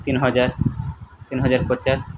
ତିନିହଜାର ତିନିହଜାର ପଚାଶ